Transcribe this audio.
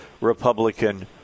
Republican